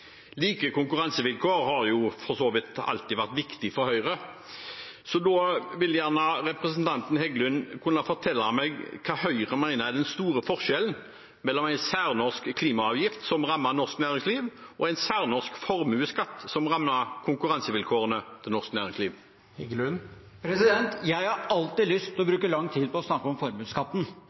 Like konkurransevilkår har for så vidt alltid vært viktig for Høyre, så jeg vil gjerne at representanten Heggelund kan fortelle meg hva Høyre mener er den store forskjellen på en særnorsk klimaavgift som rammer norsk næringsliv, og en særnorsk formuesskatt, som rammer konkurransevilkårene til norsk næringsliv. Jeg har alltid lyst til å bruke mye tid på å snakke om formuesskatten.